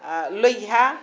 आओर लोहिया